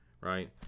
right